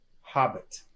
Hobbit